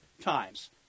times